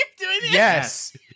Yes